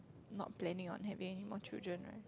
not planning on having anymore children right